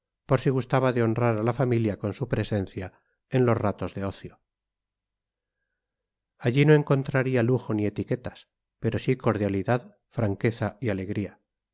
por si gustaba de honrar a la familia con su presencia en los ratos de ocio allí no encontraría lujo ni etiquetas pero sí cordialidad franqueza y alegría